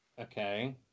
Okay